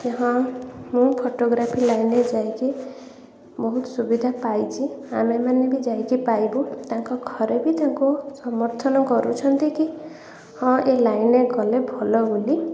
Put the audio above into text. ହଁ ମୁଁ ଫୋଟୋଗ୍ରାଫି ଲାଇନ୍ରେ ଯାଇକି ବହୁତ ସୁବିଧା ପାଇଛି ଆମେମାନେ ବି ଯାଇକି ପାଇବୁ ତାଙ୍କ ଘରେ ବି ତାଙ୍କୁ ସମର୍ଥନ କରୁଛନ୍ତି କି ହଁ ଏ ଲାଇନ୍ରେ ଗଲେ ଭଲ ବୋଲି